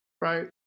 right